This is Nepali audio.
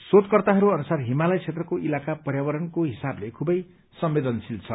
शोधकर्ताहरू अनुसार हिमालय क्षेत्रको इलाका पर्यावरणको हिसाबले खूबै संवदेनशील छ